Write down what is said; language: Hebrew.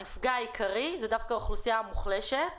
הנפגעת העיקרית היא דווקא האוכלוסייה המוחלשת,